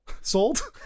sold